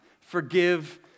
forgive